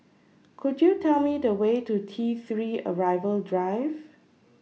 Could YOU Tell Me The Way to T three Arrival Drive